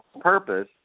purpose